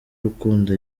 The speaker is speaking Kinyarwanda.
rukundo